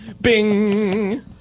Bing